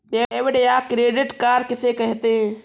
Debit या credit card किसे कहते हैं?